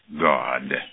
God